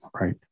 right